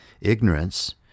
Ignorance